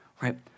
right